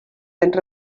danys